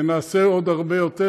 ונעשה עוד הרבה יותר,